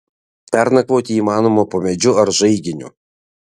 pernakvoti įmanoma po medžiu ar žaiginiu